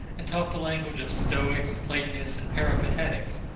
and talk the language of stoics, platonists, and peripatetics,